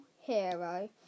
hero